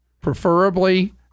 preferably